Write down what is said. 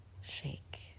shake